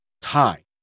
tie